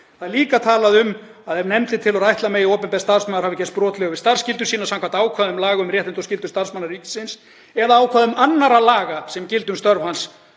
Það er líka talað um að ef nefndin telur að ætla megi að opinber starfsmaður hafi gerst brotlegur við starfsskyldur sínar samkvæmt ákvæðum laga um réttindi og skyldur starfsmanna ríkisins eða ákvæðum annarra laga sem gilda um störf hans